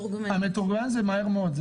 המתורגמן זה מהר מאוד.